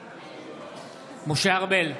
בעד משה ארבל,